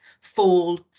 fall